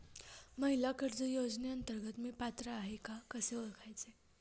महिला कर्ज योजनेअंतर्गत मी पात्र आहे का कसे ओळखायचे?